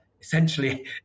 essentially